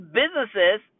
businesses